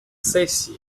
сессии